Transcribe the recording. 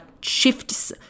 shifts